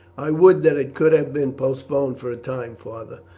i would that it could have been postponed for a time, father,